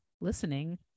listening